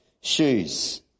shoes